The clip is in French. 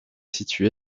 situé